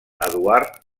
eduard